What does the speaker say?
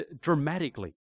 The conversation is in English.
dramatically